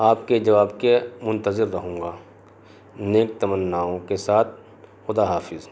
آپ کے جواب کے منتظر رہوں گا نیک تمناؤں کے ساتھ خدا حافظ